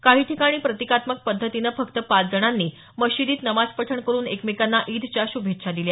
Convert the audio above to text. काही ठिकाणी प्रतिकात्मक पद्धतीनं फक्त पाच जणांनी मशिदीत नमाज पठण करून एकमेकांना ईदच्या शुभेच्छा दिल्या